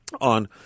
on